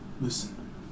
Listen